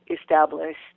established